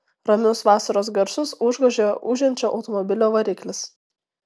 ramius vasaros garsus užgožė ūžiančio automobilio variklis